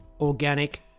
organic